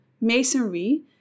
masonry